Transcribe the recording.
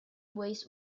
ways